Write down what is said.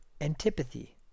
Antipathy